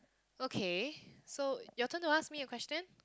okay so your turn to ask me a question